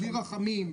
בלי רחמים.